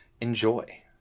enjoy